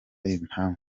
impamvu